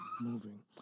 moving